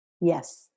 yes